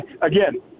Again